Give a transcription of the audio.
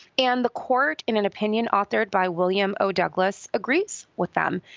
and the court, in an opinion authored by william o. douglas agrees with them.